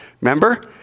Remember